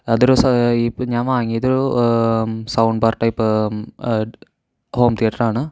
അതൊരു ഇപ്പം ഞാൻ വാങ്ങിയത് ഒരു സൗണ്ട് പാർട്ട് ടൈപ്പ് ഹോം തീയറ്റരാണ്